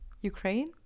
Ukraine